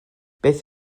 beth